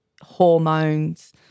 hormones